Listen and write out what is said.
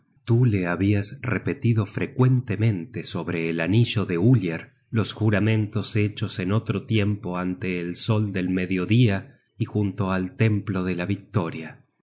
tú le habias repetido frecuentemente sobre el anillo de uller los juramentos hechos en otro tiempo ante el sol del mediodía y junto al templo de la victoria